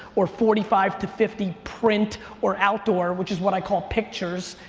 or forty five to fifty print or outdoor, which is what i call pictures,